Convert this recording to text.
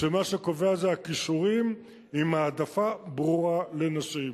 שמה שקובע זה הכישורים, עם העדפה ברורה לנשים.